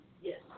Yes